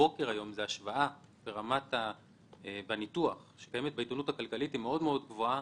ההשוואה שקיימת בעיתונות הכלכלית מאוד מאוד גבוהה,